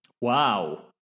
Wow